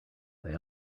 they